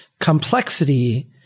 complexity